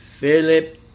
Philip